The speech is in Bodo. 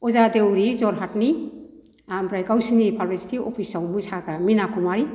अजा देउरि जरहातनि ओमफ्राय गावसिनि पाब्लिसिटि अफिसआव मोसाग्रा मिना कुमारि